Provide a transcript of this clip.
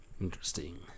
Interesting